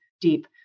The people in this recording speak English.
deep